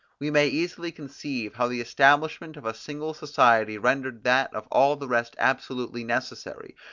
we may easily conceive how the establishment of a single society rendered that of all the rest absolutely necessary,